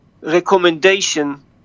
recommendation